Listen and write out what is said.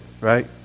right